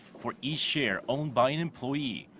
for each share owned by an employee.